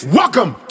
welcome